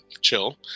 chill